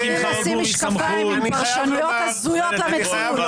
הם אוהבים לשים משקפיים עם פרשנויות הזויות למציאות.